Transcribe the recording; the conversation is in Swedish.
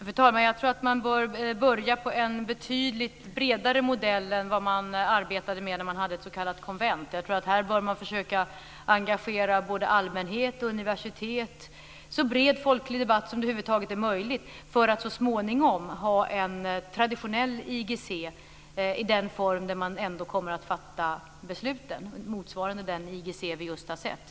Fru talman! Jag tror att man bör börja på en betydligt bredare modell än den man arbetade med när man hade ett s.k. konvent. Jag tror att man här bör försöka engagera både allmänhet och universitet i en så bred folklig debatt som över huvud taget är möjlig för att så småningom ha en traditionell IGC i den form man ändå kommer att fatta besluten i, motsvarande den IGC som vi just har sett.